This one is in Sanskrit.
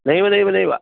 नैव नैव नैव